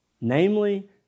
Namely